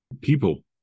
people